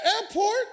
airport